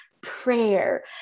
Prayer